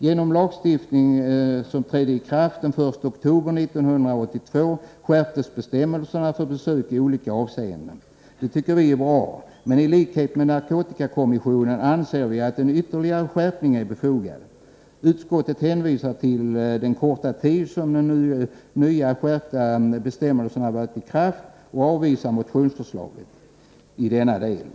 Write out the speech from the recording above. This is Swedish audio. Genom lagstiftning som trädde i kraft den 1 oktober 1982 skärptes bestämmelserna i olika avseenden för besök. Det tycker vi är bra, men i likhet med narkotikakommissionen anser vi att en ytterligare skärpning är befogad. Utskottet hänvisar till den korta tid som de nya skärpta bestämmelserna varit i kraft och avvisar motionsförslaget i denna del.